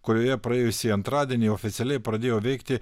kurioje praėjusį antradienį oficialiai pradėjo veikti